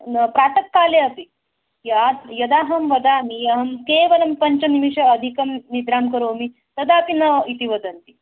न प्रातःकाले अपि य यदाहं वदामि अहं केवलं पञ्च निमेषान् अधिकं निद्रां करोमि तदापि न इति वदन्ति